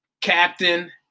captain